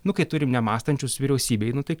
nu kai turim nemąstančius vyriausybėj nu tai